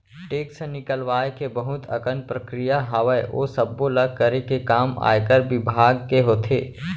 tax निकलवाय के बहुत अकन प्रक्रिया हावय, ओ सब्बो ल करे के काम आयकर बिभाग के होथे